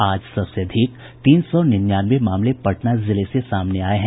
आज सबसे अधिक तीन सौ निन्यानवे मामले पटना जिले से सामने आये हैं